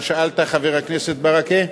מה שאלת, חבר הכנסת ברכה?